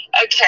Okay